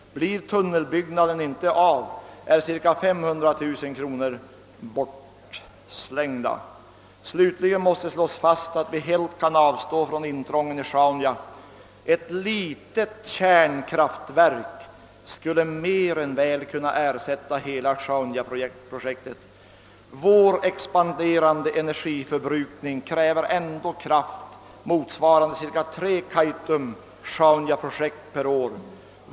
Blir tunnelbyggnaden inte av är ca 500 000 kronor bortslängda. Slutligen måste slås fast att vi helt kan avstå från intrången i Sjaunja — ett litet kärnkraftverk skulle mer än väl kunna ersätta hela Sjaunjaprojektet. Vår expanderande energiförbrukning kräver ändå kraft motsvarande ca tre Kaitum-Sjaunjaprojekt per år.